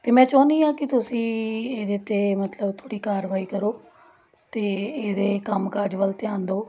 ਅਤੇ ਮੈਂ ਚਾਹੁੰਦੀ ਹਾਂ ਕਿ ਤੁਸੀਂ ਇਹਦੇ 'ਤੇ ਮਤਲਬ ਥੋੜ੍ਹੀ ਕਾਰਵਾਈ ਕਰੋ ਅਤੇ ਇਹਦੇ ਕੰਮ ਕਾਜ ਵੱਲ ਧਿਆਨ ਦਿਓ